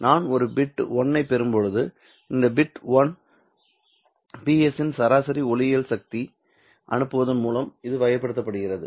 நான் ஒரு பிட் 1 ஐப் பெறும்போது இந்த பிட் 1 Ps இன் சராசரி ஒளியியல் சக்தியை அனுப்புவதன் மூலம் இது வகைப்படுத்தப்படுகிறது